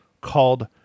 called